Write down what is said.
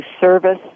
service